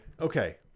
Okay